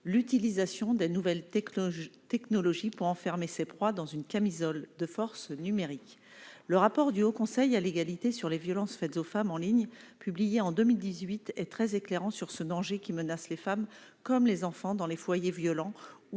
l'utilisation des nouvelles technologies technologie pour enfermer ses proies dans une camisole de force numérique, le rapport du Haut Conseil à l'égalité sur les violences faites aux femmes en ligne publié en 2018 est très éclairant sur ce danger qui menace les femmes comme les enfants dans les foyers, violents